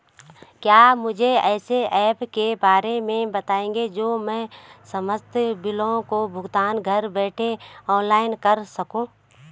क्या मुझे ऐसे ऐप के बारे में बताएँगे जो मैं समस्त बिलों का भुगतान घर बैठे ऑनलाइन कर सकूँ?